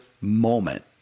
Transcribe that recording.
moment